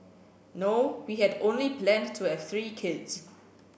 no we had only planned to have three kids